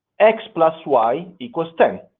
x plus y equals ten.